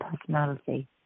personality